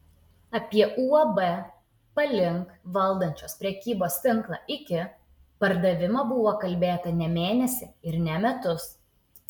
apie uab palink valdančios prekybos tinklą iki pardavimą buvo kalbėta ne mėnesį ir ne metus